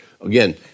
Again